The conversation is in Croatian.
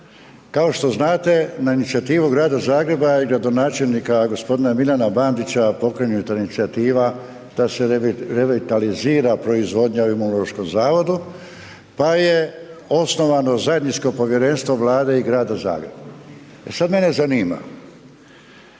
kao što znate na inicijativu Grada Zagreba i gradonačelnika gospodina Milana Bandića pokrenuta inicijativa da se revitalizira proizvodnja u Imunološkom zavodu, pa je osnovano zajedničko povjerenstvo Vlade i Grada Zagreba. E sada mene zanima